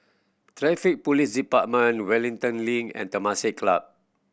Traffic Police Department Wellington Link and Temasek Club